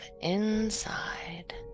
inside